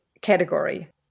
category